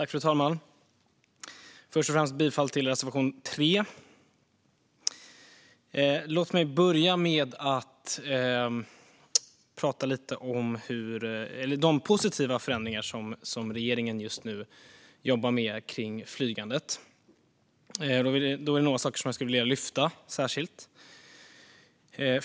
Fru talman! Först och främst vill jag yrka bifall till reservation 3. Låt mig börja med att prata lite om de positiva förändringar som regeringen just nu jobbar med när det gäller flygandet. Det är några saker som jag särskilt vill lyfta fram.